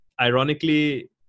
ironically